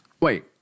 Wait